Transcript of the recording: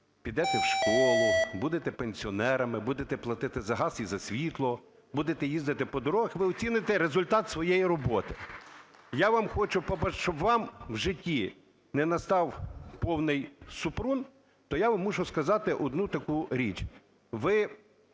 підете в школу, будете пенсіонерами, будете платити за газ і за світло, будете їздити по дорогах - і ви оціните результат своєї роботи. Я вам хочу… щоб вам в житті не настав "повний Супрун", то я вам мушу сказати одну таку річ: